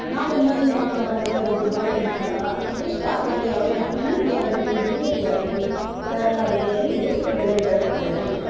ನಾವು ಇನ್ನೊಂದು ದಿನ ಹೋಗಿ ತೊಗೊಂಡ್ರೆ ಅದು ದುಬಾರಿ ಅನ್ನಿಸೋಲ್ವ ಎಷ್ಟಾಗುತ್ತೆ ಯಾವ್ಯಾವ ಹಣ್ಣಿಗೆ ಆಗಲಿ ಹೂವಿಗೆ ಆಗಲಿ ತರಕಾರಿಗೆ ಆಗಲಿ ಎಷ್ಟು ಬೆಲೆ ಬಾಳುತ್ತೆ ಅದು